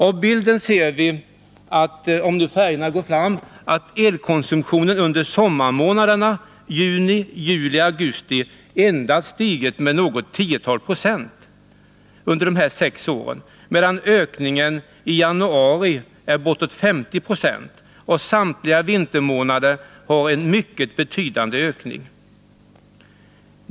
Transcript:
På bilden ser vi, om nu färgerna framträder, att elkonsumtionen under sommarmånaderna juni, juli och augusti endast har stigit med något tiotal procent under dessa sex år, medan ökningen i januari uppgår till ungefär 50 20. Samtliga vintermånader har en betydande ökning.